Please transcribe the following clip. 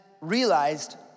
realized